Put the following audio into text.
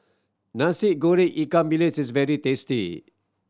Nasi Goreng ikan bilis is very tasty